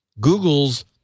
Google's